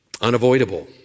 unavoidable